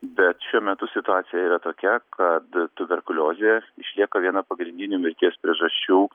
bet šiuo metu situacija yra tokia kad tuberkuliozė išlieka viena pagrindinių mirties priežasčių